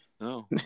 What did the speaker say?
No